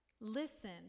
Listen